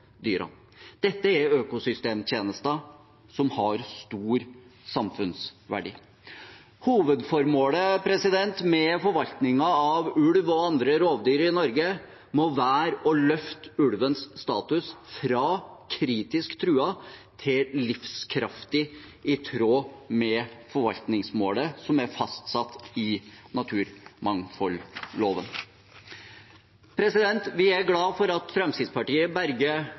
dyrene. Dette er økosystemtjenester som har stor samfunnsverdi. Hovedformålet med forvaltningen av ulv – og andre rovdyr – i Norge må være å løfte ulvens status fra «kritisk truet» til «livskraftig», i tråd med forvaltningsmålet som er fastsatt i naturmangfoldloven. Vi er glade for at Fremskrittspartiet